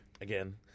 Again